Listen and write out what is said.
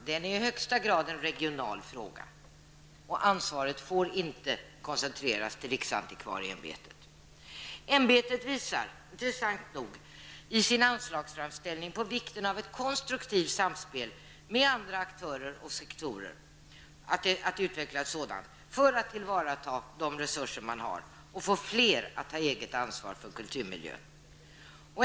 Den är i högsta grad en regional fråga, och ansvaret får inte koncentreras till Riksantikvarieämbetet. Ämbetet visar -- intressant nog -- i sin anslagsframställning på vikten av att ett konstruktivt samspel med andra aktörer och sektorer utvecklas för att tillvarata tillgängliga resurser och få fler att ta eget ansvar för kulturmiljön.